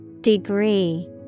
Degree